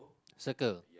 circle